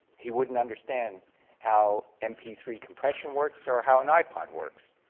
he wouldn't understand how mp three compression works or how an ipod works.